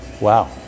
Wow